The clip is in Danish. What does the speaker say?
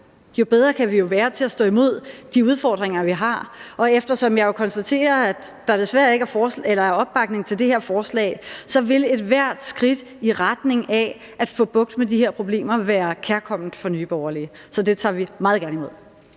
jo bedre kan vi jo være til at stå imod de udfordringer, der er, og eftersom jeg kan konstatere, at der desværre ikke er opbakning til det her forslag, så vil ethvert skridt i retning af at få bugt med de her problemer være kærkomment for Nye Borgerlige. Så det tager vi meget gerne imod.